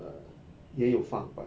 err 也有放 but